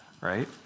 right